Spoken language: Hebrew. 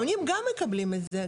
מאמנים גם מקבלים את זה.